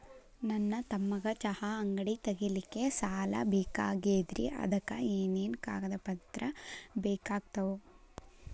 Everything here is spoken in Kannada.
ನನ್ನ ತಮ್ಮಗ ಚಹಾ ಅಂಗಡಿ ತಗಿಲಿಕ್ಕೆ ಸಾಲ ಬೇಕಾಗೆದ್ರಿ ಅದಕ ಏನೇನು ಕಾಗದ ಪತ್ರ ಬೇಕಾಗ್ತವು?